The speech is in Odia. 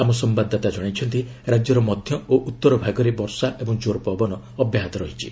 ଆମ ସମ୍ଭାଦଦାତା ଜଣାଇଛନ୍ତି ରାଜ୍ୟର ମଧ୍ୟ ଓ ଉତ୍ତର ଭାଗରେ ବର୍ଷା ଏବଂ ଜୋର ପବନ ଅବ୍ୟାହତ ରହିଛି